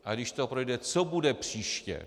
Ale když to projde, co bude příště?